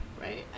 right